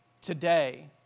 today